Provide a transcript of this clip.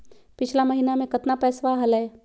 पिछला महीना मे कतना पैसवा हलय?